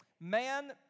man